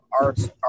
arts